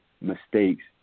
mistakes